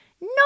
No